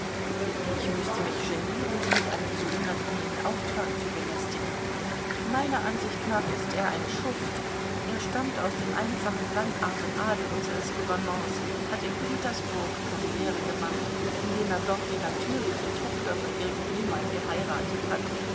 ich müßte mich genieren sie mit einem so unangenehmen auftrag zu belästigen meiner ansicht nach ist er ein schuft er stammt aus dem einfachen landarmen adel unseres gouvernements hat in petersburg karriere gemacht indem er dort die natürliche tochter von irgend jemand geheiratet hat